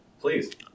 Please